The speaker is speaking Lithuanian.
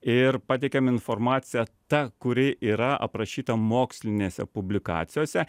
ir pateikiam informaciją ta kuri yra aprašyta mokslinėse publikacijose